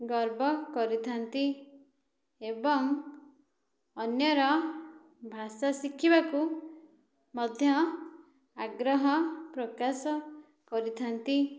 ଗର୍ବ କରିଥାନ୍ତି ଏବଂ ଅନ୍ୟର ଭାଷା ଶିଖିବାକୁ ମଧ୍ୟ ଆଗ୍ରହ ପ୍ରକାଶ କରିଥାନ୍ତି